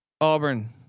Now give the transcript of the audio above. Auburn